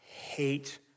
hate